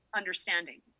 understanding